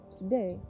today